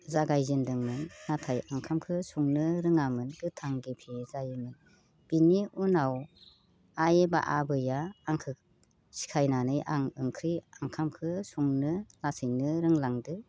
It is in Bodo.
जागायजेन्दोंमोन नाथाय ओंखामखौ संनो रोंङामोन गोथां गेफे जायोमोन बेनि उनाव आइ बा आबैया आंखौ सिखायनानै आं ओंख्रि ओंखामखौ संनो लासैनो रोंलांदो